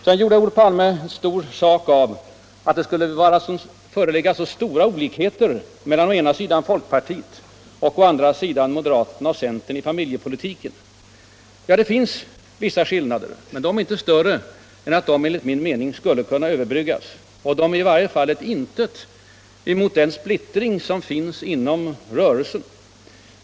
Sedan gjorde Olof Palme en stor sak av att det skulle föreligga stora olikheter mellan å ena sidan folkpartiet och å andra sidan moderaterna och centern i familjepolitiken. Ja, det finns vissa skillnader, men de är inte större än att de enligt min mening skulle kunna överbryggas. Och de är i varje fall ett intet mot den splittring som finns inom ”rörelsen”.